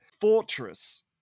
fortress